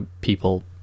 people